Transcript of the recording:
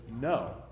no